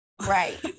Right